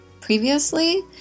previously